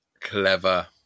Clever